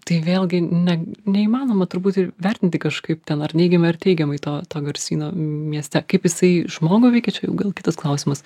tai vėlgi ne neįmanoma turbūt ir vertinti kažkaip ten ar neigiamai ar teigiamai to to garsyno mieste kaip jisai žmogų veikia čia jau gal kitas klausimas